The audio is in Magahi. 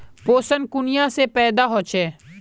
पोषण कुनियाँ से पैदा होचे?